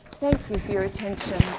thank you for your attention.